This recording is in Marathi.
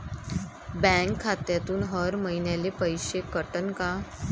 बँक खात्यातून हर महिन्याले पैसे कटन का?